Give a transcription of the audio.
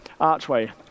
archway